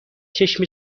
چشم